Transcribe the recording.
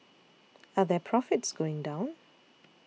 are their profits going down